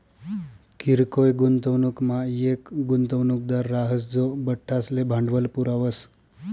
किरकोय गुंतवणूकमा येक गुंतवणूकदार राहस जो बठ्ठासले भांडवल पुरावस